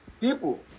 people